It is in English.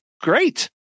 great